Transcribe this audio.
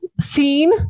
seen